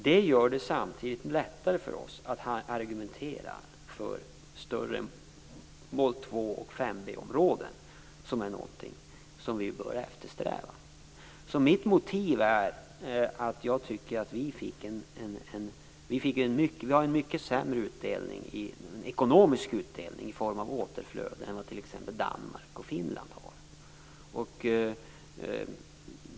Det gör det samtidigt lättare för oss att argumentera för större mål 2 och 5b-områden, som är någonting som vi bör eftersträva. Jag tycker att vi har en mycket sämre ekonomisk utdelning i form av återflöde än vad t.ex. Danmark och Finland har.